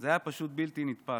זה היה פשוט בלתי נתפס,